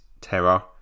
terror